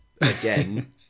Again